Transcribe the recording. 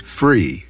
free